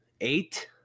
eight